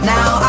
Now